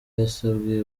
yasabye